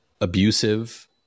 abusive